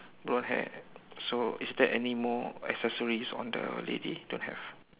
blonde hair so is there anymore accessories on the lady don't have